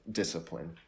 discipline